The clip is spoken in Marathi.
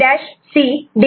D5 ABC'